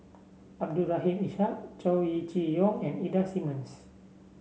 Abdul Rahim Ishak Chow Chee Yong and Ida Simmons